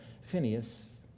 Phineas